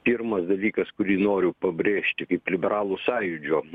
pirmas dalykas kurį noriu pabrėžti kaip liberalų sąjūdžio